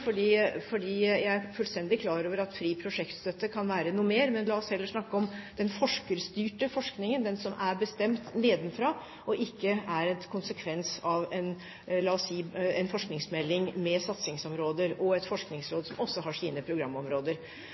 Jeg er fullstendig klar over at fri prosjektstøtte kan være noe mer, men la oss heller snakke om den forskerstyrte forskningen – den som er bestemt nedenfra, og ikke er en konsekvens av, la oss si, en forskningsmelding med satsingsområder og et forskningsråd som også har sine programområder.